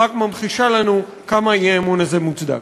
רק ממחישה לנו כמה האי-אמון הזה מוצדק.